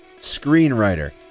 screenwriter